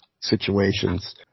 situations